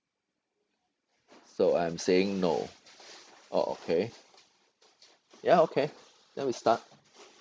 so I am saying no orh okay ya okay then we start